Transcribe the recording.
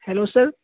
hello sir